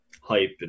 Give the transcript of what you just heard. hype